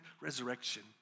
resurrection